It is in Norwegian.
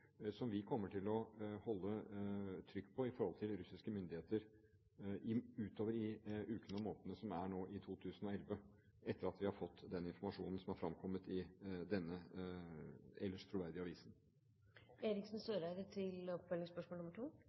som vi kommer til å holde trykk på overfor russiske myndigheter utover i ukene og månedene nå i 2011 – etter at vi har fått den informasjonen som er fremkommet i denne ellers troverdige